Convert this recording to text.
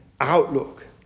outlook